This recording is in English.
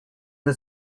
the